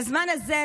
בזמן הזה,